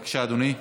בבקשה, אדוני.